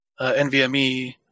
NVMe